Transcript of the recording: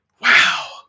Wow